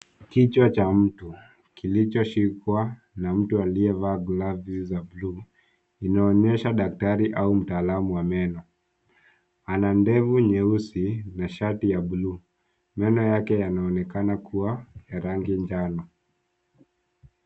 Kichwa cha mtu, kilichoshikwa na mtu aliyevaa glavu za bluu, inaonyesha daktari au mtaalamu wa meno. Ana ndevu nyeusi na shati ya bluu. Meno yake yanaonekana kuwa ya rangi njano.